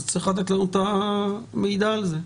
צריך לתת לנו את המידע הזה.